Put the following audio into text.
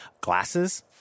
glasses